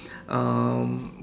um